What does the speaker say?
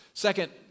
Second